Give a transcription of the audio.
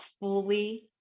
fully